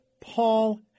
Paul